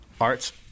Arts